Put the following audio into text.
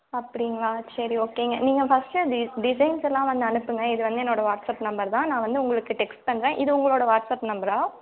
அப்படிங்ளா சரி ஓகேங்க நீங்கள் ஃபஸ்ட்டு டிசைன்ஸ்ஸெல்லாம் வந்து அனுப்புங்க இது வந்து என்னோட வாட்ஸ்அப் நம்பர் தான் நான் வந்து உங்களுக்கு டெக்ஸ்ட் பண்ணுறேன் இது உங்களோட வாட்ஸ்அப் நம்பரா